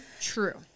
True